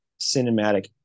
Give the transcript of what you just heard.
cinematic